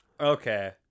Okay